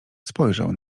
spojrzał